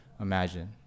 imagine